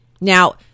Now